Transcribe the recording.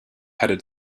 headed